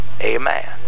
amen